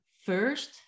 first